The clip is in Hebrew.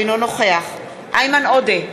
אינו נוכח איימן עודה,